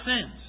sins